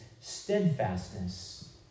steadfastness